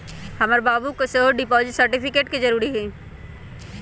हमर बाबू के सेहो डिपॉजिट सर्टिफिकेट के जरूरी हइ